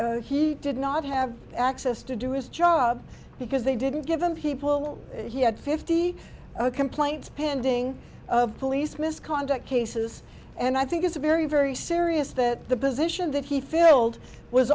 then he did not have access to do his job because they didn't give him people he had fifty i complained spending of police misconduct cases and i think it's a very very serious that the position that he filled was